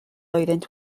oeddent